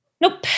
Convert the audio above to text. Nope